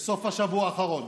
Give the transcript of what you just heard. בסוף השבוע האחרון.